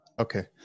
Okay